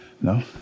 No